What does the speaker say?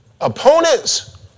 Opponents